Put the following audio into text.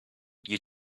you